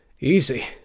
Easy